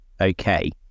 okay